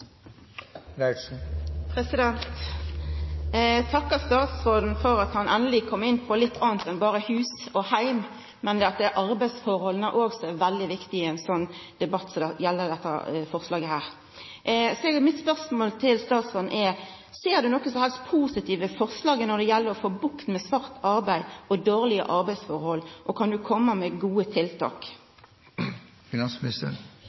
vil takka statsråden for at han endeleg kom inn på litt anna enn berre hus og heim. Arbeidsforholda er òg veldig viktige i ein debatt om dette forslaget. Mitt spørsmål til statsråden er: Ser statsråden noko positivt i forslaget når det gjeld å få bukt med svart arbeid og dårlege arbeidsforhold, og kan han koma med gode tiltak?